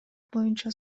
боюнча